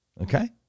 Okay